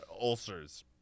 ulcers